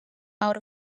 out